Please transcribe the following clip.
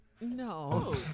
No